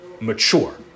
mature